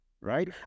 right